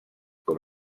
com